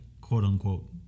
quote-unquote